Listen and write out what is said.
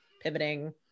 pivoting